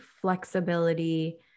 flexibility